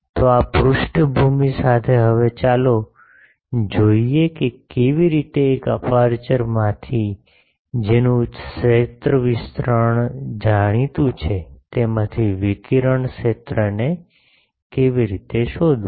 તો આ પૃષ્ઠભૂમિ સાથે હવે ચાલો જોઈએ કે કેવી રીતે એક અપેરચ્યોરમાંથી જેનું ક્ષેત્ર વિતરણ જાણીતું છે તેમાંથી વિકિરણ ક્ષેત્રને કેવી રીતે શોધવું